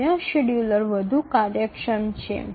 અન્ય શેડ્યુલર વધુ કાર્યક્ષમ છે